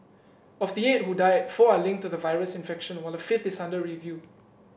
of the eight who died four are linked to the virus infection while a fifth is under review